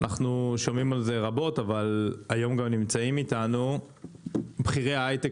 אנחנו שומעים על זה רבות אבל היום גם נמצאים איתנו בכירי ההיי-טק